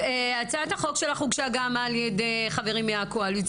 הצעת החוק שלך הוגשה גם על ידי חברים מהקואליציה